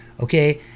okay